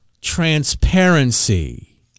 transparency